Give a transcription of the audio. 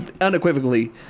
unequivocally